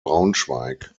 braunschweig